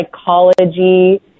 psychology